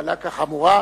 קלה כחמורה.